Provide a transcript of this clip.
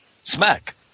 Smack